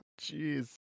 jeez